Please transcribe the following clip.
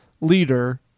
leader